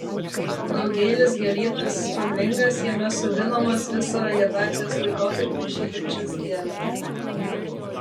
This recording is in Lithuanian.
daugiaeilis gėlynas spalvingas jame sodinamos visą vegetacijos laikotarpį žydinčios gėlės